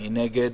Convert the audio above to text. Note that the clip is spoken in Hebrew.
מי נגד?